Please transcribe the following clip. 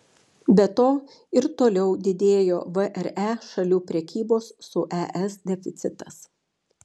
be to ir toliau didėjo vre šalių prekybos su es deficitas